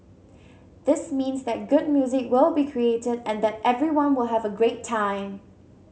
this means that good music will be created and that everyone will have a great time